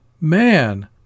man